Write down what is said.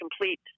complete